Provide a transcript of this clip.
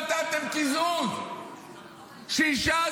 תתביישו לכם.